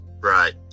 right